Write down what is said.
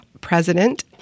president